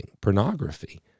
pornography